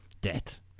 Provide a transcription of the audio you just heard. death